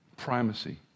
primacy